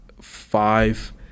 five